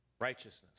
righteousness